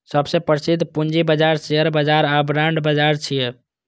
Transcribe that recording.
सबसं प्रसिद्ध पूंजी बाजार शेयर बाजार आ बांड बाजार छियै